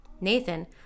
Nathan